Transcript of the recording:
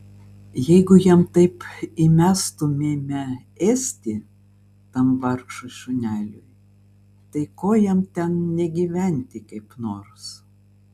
jeigu jam taip įmestumėme ėsti tam vargšui šuneliui tai ko jam ten negyventi kaip nors